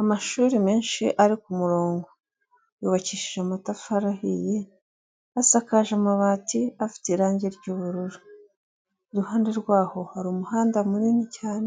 Inzu y'ubwisungane gusa hariho abakozi ba emutiyene n'abakiriya baje kugana ikigo cy'ubwisungane cyitwa buritamu, kiri mu nyubako isa